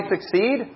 succeed